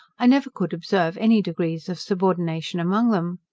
i never could observe any degrees of subordination among them.